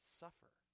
suffer